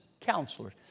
counselors